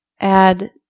add